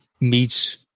meets